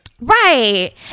Right